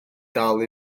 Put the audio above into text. dal